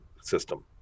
system